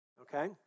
okay